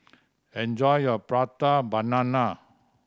enjoy your Prata Banana